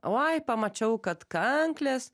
oi pamačiau kad kanklės